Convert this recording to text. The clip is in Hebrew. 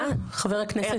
תודה.